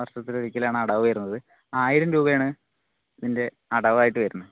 വർഷത്തിലൊരിക്കലാണ് അടവ് വരുന്നത് ആയിരം രൂപയാണ് ഇതിൻ്റെ അടവായിട്ട് വരുന്നത്